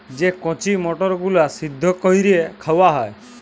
যে কঁচি মটরগুলা সিদ্ধ ক্যইরে খাউয়া হ্যয়